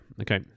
okay